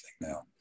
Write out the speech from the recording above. now